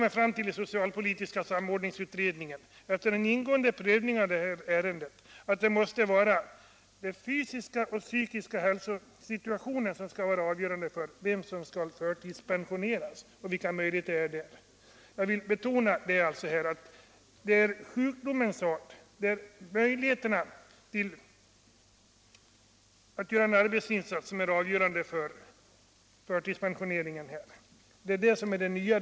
I den socialpolitiska samordningsutredningen kom vi efter en ingående prövning av ärendet till den slutsåtsen, att vid förtidspensionering både det fysiska och det psykiska hälsotillståndet samt möjligheterna för den sjuke att göra en arbetsinsats skulle prövas. Jag vill alltså betona att det är såväl sjukdomens art som möjligheterna att sköta ett arbete som skall vara avgörande skäl för en eventuell förtidspensionering, detta sedan alla rehabiliteringsmöjligheter använts.